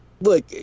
Look